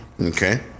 Okay